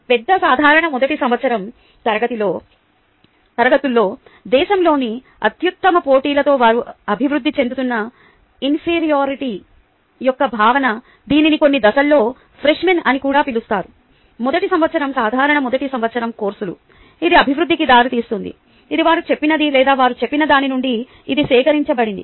పెద్ద సాధారణ మొదటి సంవత్సరం తరగతుల్లో దేశంలోని అత్యుత్తమ పోటీలతో వారు అభివృద్ధి చెందుతున్న ఇన్ఫెరిఓరిటీ యొక్క భావన దీనిని కొన్ని దేశాలలో ఫ్రెష్ మెన్ అని కూడా పిలుస్తారు మొదటి సంవత్సరం సాధారణ మొదటి సంవత్సరం కోర్సులు ఇది అభివృద్ధికి దారితీస్తుంది ఇది వారు చెప్పినది లేదా వారు చెప్పినదాని నుండి ఇది సేకరించబడింది